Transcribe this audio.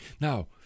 Now